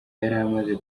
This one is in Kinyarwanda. yaramaze